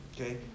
Okay